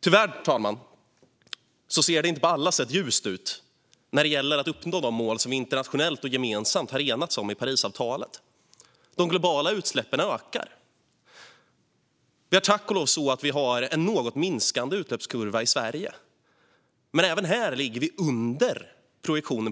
Tyvärr, herr talman, ser det inte på alla sätt ljust ut när det gäller att uppnå de mål som vi internationellt och gemensamt har enats om i Parisavtalet. De globala utsläppen ökar. Vi har tack och lov en något minskande utsläppskurva i Sverige, men även här ligger vi under